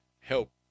help